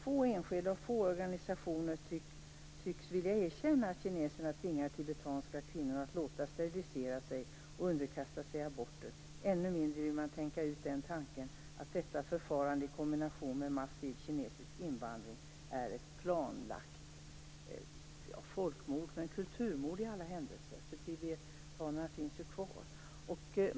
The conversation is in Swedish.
Få enskilda och få organisationer tycks vilja erkänna att kineserna tvingar tibetanska kvinnor att låta sterilisera sig och underkasta sig aborter, ännu mindre vill man tänka ut den tanken att detta förfarande i kombination med massiv kinesisk invandring är ett planlagt, om inte folkmord så i alla händelser kulturmord.